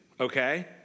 okay